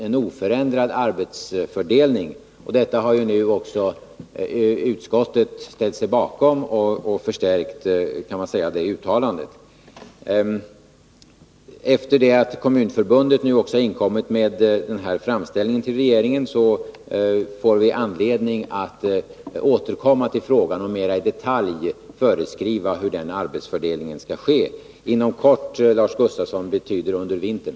En oförändrad arbetsfördelning har nu även utskottet ställt sig bakom, och utskottet har, kan man säga, t.o.m. förstärkt uttalandet i propositionen. Efter det att Kommunförbundet nu också har inkommit med en framställan till regeringen får vi anledning att återkomma till frågan och mera i detalj föreskriva hur denna arbetsfördelning skall ske. Inom kort betyder, Lars Gustafsson, under vintern.